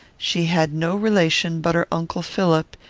she had no relation but her uncle philip,